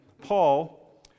Paul